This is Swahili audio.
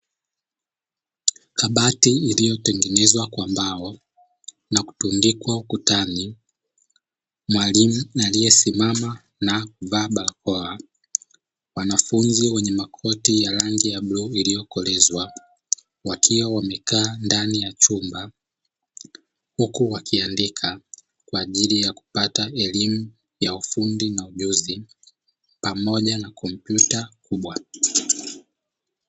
Kabati iliyotengenezwa kwa mbao na kutundikwa ukutani, mwalimu aliyesimama na kuvaa barakoa, wanafunzi wenye makoti ya rangi ya bluu iliyokolezwa wakiwa wamekaa ndani ya chumba, huku wakiandika kwa ajili ya kupata elimu ya ufundi na ujuzi pamoja na tarakilishi kubwa.